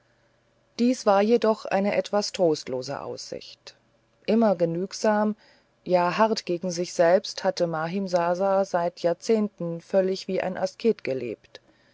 dies war jedoch eine etwas trostlose aussicht immer begnügsam ja hart gegen sich selber hatte mahimsasa seit jahrzehnten völlig wie ein asket gelebt